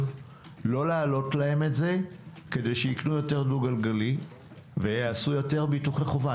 לא להעלות להם את זה כדי שיקנו יותר דו גלגלי ויעשו יותר ביטוחי חובה?